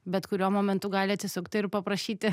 bet kuriuo momentu gali atsisukti ir paprašyti